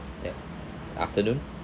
yup afternoon